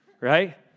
right